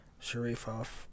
Sharifov